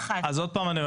אז עוד פעם אני אומר,